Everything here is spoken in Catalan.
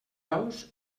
ous